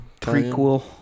prequel